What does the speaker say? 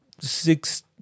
six